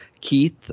keith